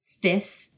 fifth